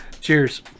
Cheers